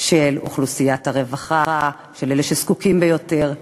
של אוכלוסיית הרווחה, של אלה שזקוקים ביותר.